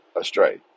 astray